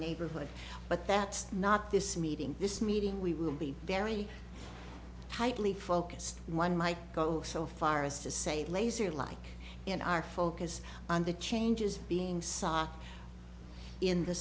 neighborhood but that not this meeting this meeting we will be very tightly focused one might go so far as to say laser like in our focus on the changes being sought in the